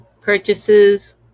Purchases